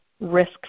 risk